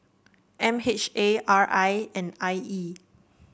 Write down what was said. M H A R I and I E